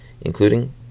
including